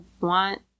want